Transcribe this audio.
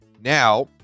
Now